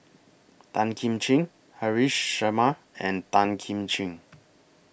Tan Kim Ching Haresh Sharma and Tan Kim Ching